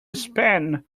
spain